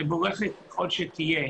מבורכת ככל שתהיה,